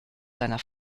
seiner